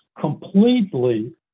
completely